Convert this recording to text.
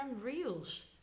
reels